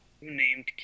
named